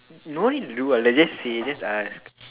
no need to do what lah just say just ask